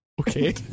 Okay